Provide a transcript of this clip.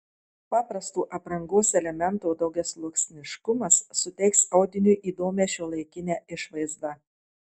paprasto aprangos elemento daugiasluoksniškumas suteiks audiniui įdomią šiuolaikinę išvaizdą